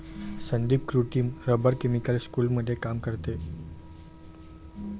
संदीप कृत्रिम rubber chemical स्कूलमध्ये काम करते